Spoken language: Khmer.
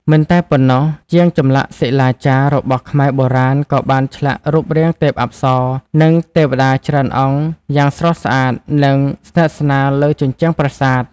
មិនតែប៉ុណ្ណោះ ជាងចម្លាក់សិលាចារបស់ខ្មែរបុរាណក៏បានឆ្លាក់រូបរាងទេពអប្សរ និងទេវតាច្រើនអង្គយ៉ាងស្រស់ស្អាត និងស្និទស្នាលលើជញ្ជាំងប្រាសាទ។